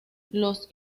los